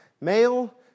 Male